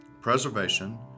preservation